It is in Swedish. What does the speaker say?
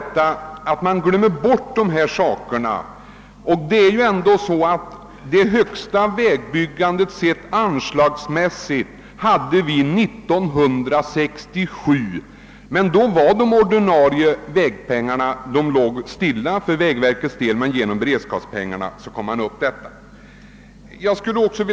Man glömmer bort den omständigheten att vi ändå anslagsmässigt sett hade det högsta vägbyggandet år 1967. Då låg de ordinarie väganslagen stilla. för vägverkets del, men genom beredskapsmedlen nådde vi i alla fall en hög nivå.